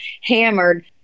hammered